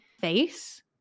face